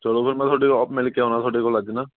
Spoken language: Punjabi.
ਚਲੋ ਫਿਰ ਮੈਂ ਤੁਹਾਡੇ ਕੋਲ ਆਪ ਮਿਲ ਕੇ ਆਉਣਾ ਤੁਹਾਡੇ ਕੋਲ ਅੱਜ ਨਾ